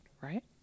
right